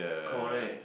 correct